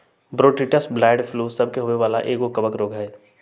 Botrytis blight फूल सभ के होय वला एगो कवक रोग हइ